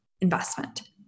investment